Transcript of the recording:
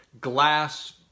glass